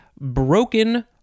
Broken